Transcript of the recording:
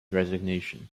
resignation